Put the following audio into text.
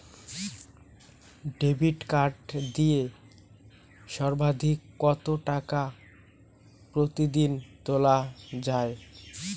Debit card দিয়ে সর্বাধিক কত টাকা প্রতিদিন তোলা য়ায়?